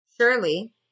surely